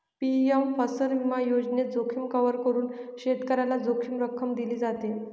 PM फसल विमा योजनेत, जोखीम कव्हर करून शेतकऱ्याला जोखीम रक्कम दिली जाते